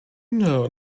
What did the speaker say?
know